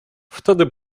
wtedy